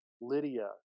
Lydia